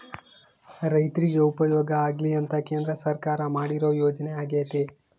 ರೈರ್ತಿಗೆ ಉಪಯೋಗ ಆಗ್ಲಿ ಅಂತ ಕೇಂದ್ರ ಸರ್ಕಾರ ಮಾಡಿರೊ ಯೋಜನೆ ಅಗ್ಯತೆ